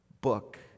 book